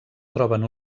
troben